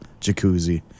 jacuzzi